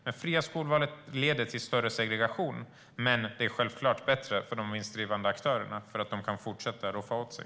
Det fria skolvalet leder till större segregation, men det är självklart bättre för de vinstdrivande aktörerna eftersom de kan fortsätta att roffa åt sig.